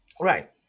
right